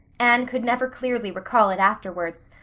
anne could never clearly recall it afterwards.